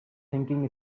thinking